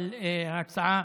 אבל ההצעה